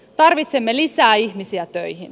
tarvitsemme lisää ihmisiä töihin